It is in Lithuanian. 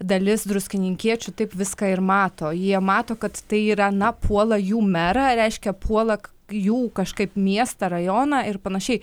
dalis druskininkiečių taip viską ir mato jie mato kad tai yra na puola jų merą reiškia puola jų kažkaip miesto rajoną ir panašiai